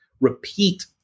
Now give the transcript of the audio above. repeat